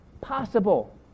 possible